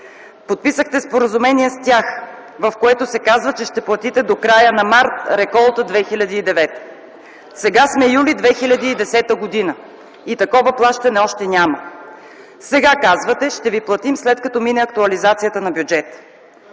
подписахте споразумение с тях, в което се казва, че ще платите до края на м. март реколта 2009 г. Сега сме м. юли 2010 г. и такова плащане още няма. Сега казвате: „Ще Ви платим след като мине актуализацията на бюджета”.